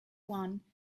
one